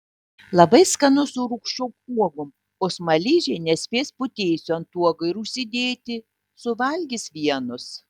labai skanu su rūgščiom uogom o smaližiai nespės putėsių ant uogų ir užsidėti suvalgys vienus